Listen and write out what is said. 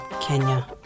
Kenya